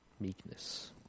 meekness